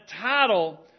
title